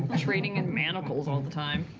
trading in manacles all the time.